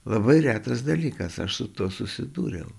labai retas dalykas aš su tuo susidūriau